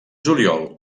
juliol